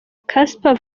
casper